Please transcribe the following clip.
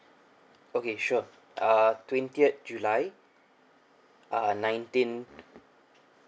okay sure uh twentieth july uh nineteen